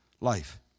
life